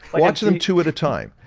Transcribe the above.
like watch them two at a time.